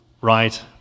right